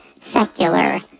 secular